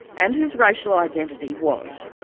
and whose racial identity was,